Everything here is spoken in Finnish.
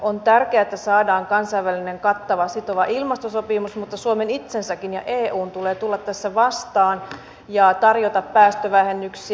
on tärkeää että saadaan kansainvälinen kattava sitova ilmastosopimus mutta suomen itsensäkin ja eun tulee tulla tässä vastaan ja tarjota päästövähennyksiä